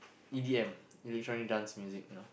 E_D_M electronic dance music